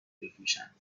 بفروشند